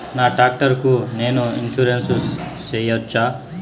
నా టాక్టర్ కు నేను ఇన్సూరెన్సు సేయొచ్చా?